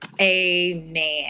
Amen